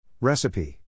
Recipe